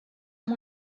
amb